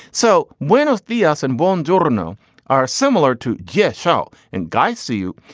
so when is the us and bongiorno are similar to get show? and guys, see you.